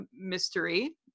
mystery